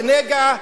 זה נגע,